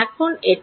এখন এটা